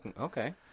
okay